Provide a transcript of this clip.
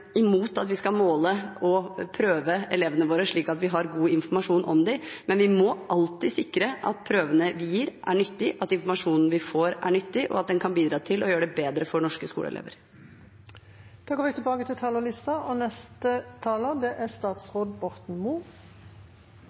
at vi skal måle og prøve elevene våre, slik at vi har god informasjon om dem. Men vi må alltid sikre at prøvene vi gir, er nyttige, at informasjonen vi får, er nyttig, og at den kan bidra til å gjøre det bedre for norske skoleelever. Replikkordskiftet er omme. God utdanning er viktig. Det legger grunnlaget for kompetansen vår og er